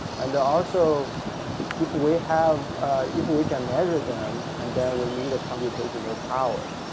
and also if we have if we can measure them and we need a computational power,